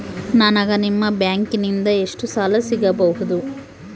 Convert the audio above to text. ನನಗ ನಿಮ್ಮ ಬ್ಯಾಂಕಿನಿಂದ ಎಷ್ಟು ಸಾಲ ಸಿಗಬಹುದು?